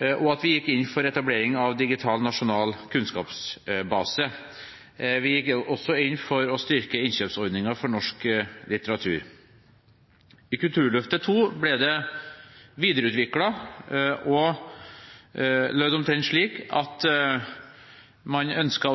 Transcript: og går inn for etablering av en digital nasjonal kunnskapsbase. Vi vil styrke innkjøpsordningen for norsk litteratur.» I Kulturløftet II ble dette videreutviklet, og det lød slik: